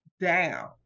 down